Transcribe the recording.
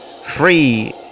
free